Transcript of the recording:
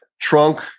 trunk